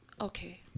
okay